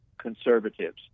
conservatives